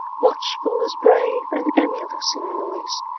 watchful as brave, and emulous in noise,